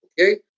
Okay